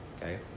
okay